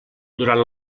durant